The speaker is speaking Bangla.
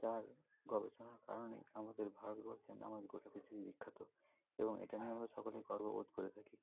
তার গবেষণার কারণে আমাদের ভারতবর্ষের নাম আজ গোটা পৃথিবী বিখ্যাত এবং এটা নিয়ে আমরা সকলেই গর্ববোধ করে থাকি